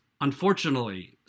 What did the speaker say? unfortunately